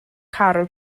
caryl